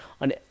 on